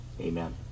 Amen